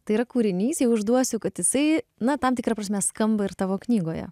tai yra kūrinys jau išduosiu kad jisai na tam tikra prasme skamba ir tavo knygoje